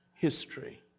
History